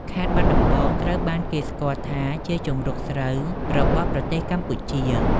ខេត្តបាត់ដំបង ត្រូវបានគេស្គាល់ថាជាជង្រុកស្រូវរបស់ប្រទេសកម្ពុជា។